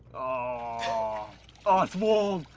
oh ah it's warm